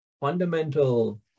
fundamental